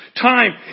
time